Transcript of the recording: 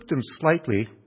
slightly